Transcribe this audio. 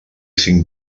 cinc